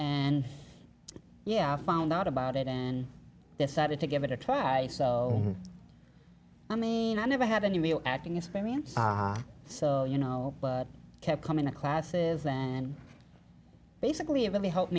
and yeah i found out about it and decided to give it a try so i mean i never had any real acting experience so you know kept coming to classes and basically it really help